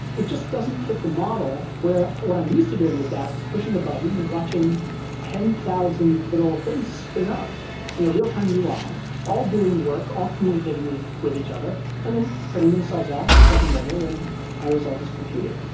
it just doesn't fit the model where what i'm used to doing with dask is pushing a button and watching ten thousand little things spin up in a real-time ui all doing work, all communicating with each other and then turning themselves off a second later when my result is computed.